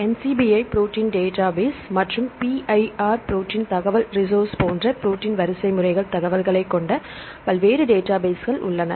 NCBI protein database மற்றும் PIR protein தகவல் resource போன்ற புரோட்டீன் வரிசைமுறைகள் பற்றிய தகவல்களைக் கொண்ட பல்வேறு டேட்டாபேஸ்கள் உள்ளன